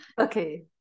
okay